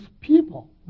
people